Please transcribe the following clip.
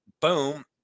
Boom